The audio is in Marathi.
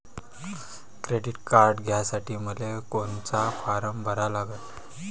क्रेडिट कार्ड घ्यासाठी मले कोनचा फारम भरा लागन?